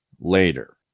later